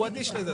הוא אדיש לזה.